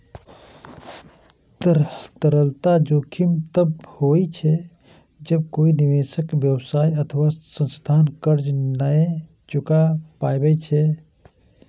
तरलता जोखिम तब होइ छै, जब कोइ निवेशक, व्यवसाय अथवा संस्थान कर्ज नै चुका पाबै छै